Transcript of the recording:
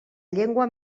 llengua